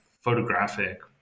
photographic